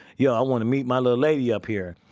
yo, i want to meet my little lady up here.